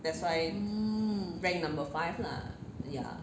mm